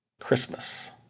Christmas